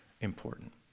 important